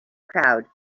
crowd